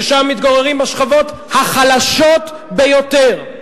ששם מתגוררות השכבות החלשות ביותר?